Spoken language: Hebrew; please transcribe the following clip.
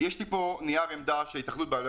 יש לי פה נייר עמדה של התאחדות בעלי